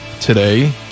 Today